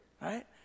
right